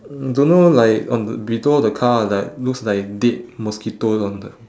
don't know like on the below the car like looks like dead mosquitoes on the